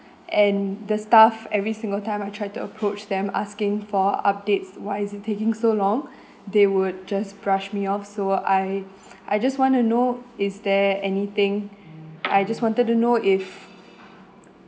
and the staff every single time I try to approach them asking for updates why is it taking so long they would just brush me off so I I just want to know is there anything I just wanted to know if